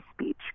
speech